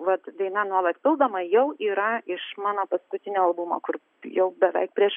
vat daina nuolat pildoma jau yra iš mano paskutinio albumo kur jau beveik prieš